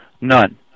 None